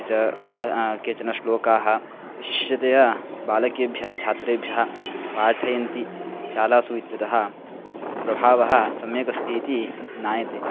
अपि च क केचन श्लोकाः विशिष्यतया बालकेभ्यः छात्रेभ्यः पाठयन्ति शालासु इत्यतः प्रभावः सम्यक् अस्ति इति ज्ञायते